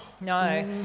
No